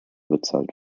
bezahlt